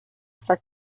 for